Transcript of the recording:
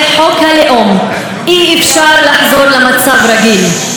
חוק הלאום אי-אפשר לחזור למצב רגיל,